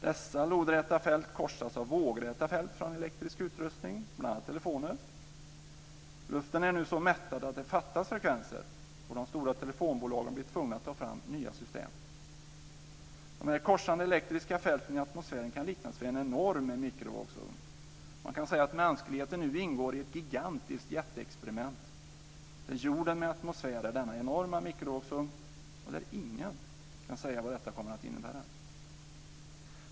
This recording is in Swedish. Dessa lodräta fält korsas av vågräta fält från elektrisk utrustning, bl.a. telefoner. Luften är nu så mättad att det fattas frekvenser, och de stora telefonbolagen blir tvungna att ta fram nya system. De här korsande elektriska fälten i atmosfären kan liknas vid en enorm mikrovågsugn. Man kan säga att mänskligheten nu ingår i ett gigantiskt jätteexperiment där jorden med atmosfär är denna enorma mikrovågsugn, och ingen kan säga vad detta kommer att innebära.